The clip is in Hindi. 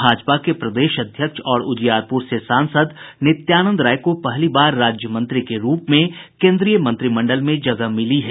भाजपा के प्रदेश अध्यक्ष और उजियारपुर से सांसद नित्यानंद राय को पहली बार राज्यमंत्री के रूप में केंद्रीय मंत्रिमंडल में जगह मिली है